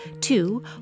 Two